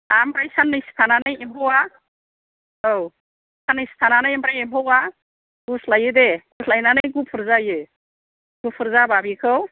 ओमफ्राय साननैसो थानानै एम्फौवा औ साननैसो थानानै ओमफ्राय एम्फौवा गुस्लायो दे गुस्लायनानै गुफुर जायो गुफुर जाबा बेखौ